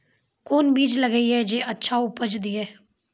कोंन बीज लगैय जे अच्छा उपज दिये?